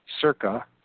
circa